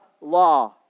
law